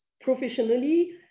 professionally